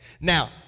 now